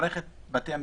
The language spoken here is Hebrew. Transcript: שמערכת בתי המשפט,